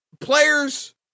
players